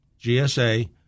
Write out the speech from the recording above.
GSA